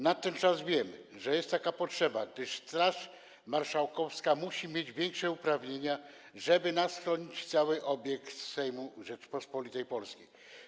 Natenczas wiemy, że jest taka potrzeba, gdyż Straż Marszałkowska musi mieć większe uprawnienia, żeby chronić nas i cały obiekt Sejmu Rzeczypospolitej Polskiej.